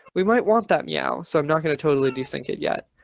we might want that meow. so i'm not going to totally de-sync it yet,